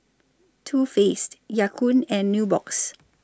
Too Faced Ya Kun and Nubox